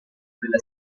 della